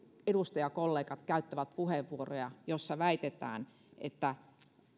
edustajakollegat käyttävät puheenvuoroja joissa väitetään että